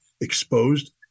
exposed